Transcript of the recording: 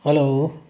hello